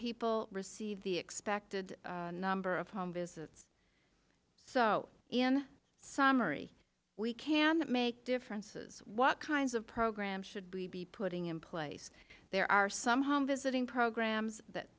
people receive the expected number of home visits so in summary we can make differences what kinds of programs should be be putting in place there are some home visiting programs that